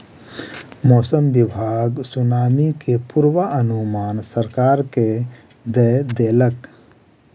मौसम विभाग सुनामी के पूर्वानुमान सरकार के दय देलक